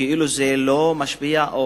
שכאילו עניין המים לא משפיע,